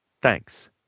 Thanks